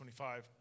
25